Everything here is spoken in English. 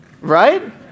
right